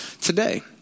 today